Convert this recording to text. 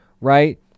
right